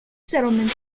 settlement